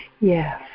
Yes